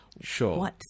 Sure